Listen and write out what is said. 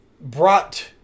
brought